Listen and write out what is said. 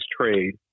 trade